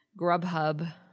Grubhub